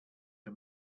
for